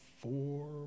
four